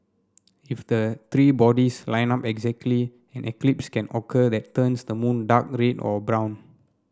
if the three bodies line up exactly an eclipse can occur that turns the moon dark red or brown